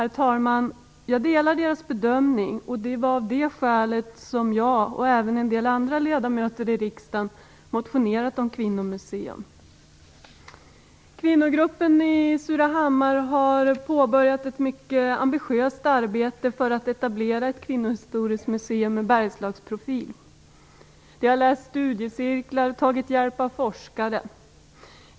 Herr talman! Jag delar deras bedömning, och det är av det skälet som jag och även andra ledamöter av riksdagen har motionerat om kvinnomuseum. Kvinnogruppen i Surahammar har påbörjat ett mycket ambitiöst arbete för att etablera ett kvinnohistoriskt museum med Bergslagsprofil. De har gått i studiecirklar och tagit hjälp av forskare.